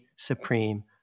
Supreme